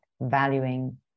valuing